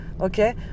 okay